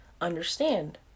understand